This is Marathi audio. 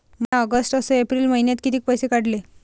म्या ऑगस्ट अस एप्रिल मइन्यात कितीक पैसे काढले?